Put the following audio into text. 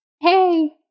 hey